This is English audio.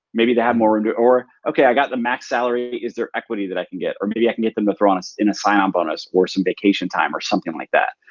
maybe they have more room to. or, okay, i got the max salary. is there equity that i can get? or maybe i can get them to throw in a sign-on bonus or some vacation time or something like that.